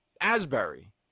Asbury